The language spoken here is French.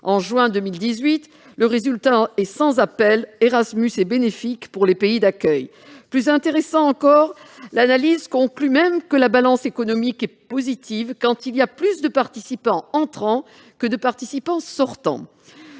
en juin 2018. Le résultat est sans appel : Erasmus est bénéfique pour les pays d'accueil. Plus intéressant encore, l'analyse conclut même que la balance économique est positive quand il y a plus de participants entrants que de participants sortants.